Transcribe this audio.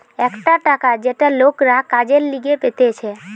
একটা টাকা যেটা লোকরা কাজের লিগে পেতেছে